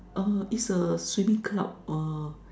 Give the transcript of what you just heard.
uh is a swimming club uh